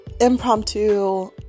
impromptu